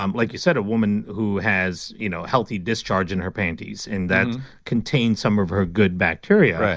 um like you said, a woman who has you know healthy discharge in her panties and that contain some of her good bacteria,